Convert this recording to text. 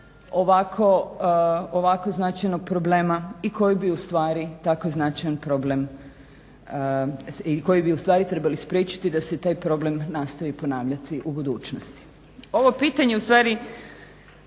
ovako značajnog problema i koji bi ustvari tako značajan problem trebali spriječiti da se taj problem nastavi ponavljati u budućnosti.